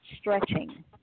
stretching